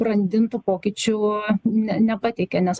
brandintų pokyčių n nepateikė nes